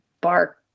bark